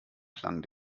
klang